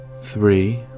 three